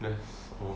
that's all